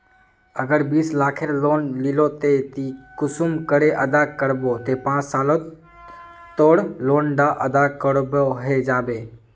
अगर बीस लाखेर लोन लिलो ते ती कुंसम करे अदा करबो ते पाँच सालोत तोर लोन डा अदा है जाबे?